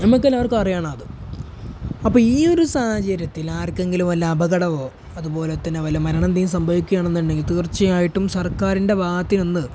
നമുക്കെല്ലാവർക്കും അറിയണമത് അപ്പോള് ഈയൊരു സാഹചര്യത്തിൽ ആർക്കെങ്കിലും വല്ല അപകടമോ അതുപോലെ തന്നെ വല്ല മരണമോ എന്തെങ്കിലും സംഭവിക്കുകയാണെന്നുണ്ടെങ്കില് തീർച്ചയായിട്ടും സർക്കാരിൻ്റെ ഭാഗത്തുനിന്ന്